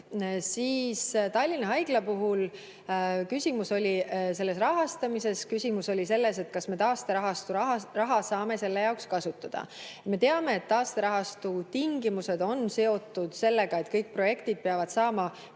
siis Tallinna Haigla puhul oli küsimus selle rahastamises. Küsimus oli selles, kas me taasterahastu raha saame selle jaoks kasutada. Me teame, et taasterahastu tingimused [määravad], et kõik projektid peavad saama